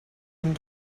and